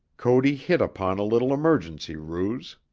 cody hit upon a little emergency ruse.